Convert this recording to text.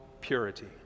purity